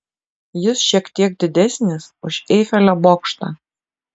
jis šiek tiek didesnis už eifelio bokštą